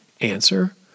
Answer